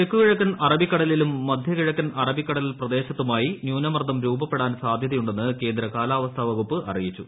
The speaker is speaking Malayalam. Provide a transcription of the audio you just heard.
തെക്ക് കിഴക്കൻ അറബിക്കടലിലും മധ്യ കിഴക്കൻ അറബിക്കടൽ പ്രദേശത്തുമായി ന്യൂനമർദം രൂപപ്പെടാൻ സാധ്യതയുണ്ടെന്ന് കേന്ദ്ര കാലാവസ്ഥ വകുപ്പ് അറിയിച്ചു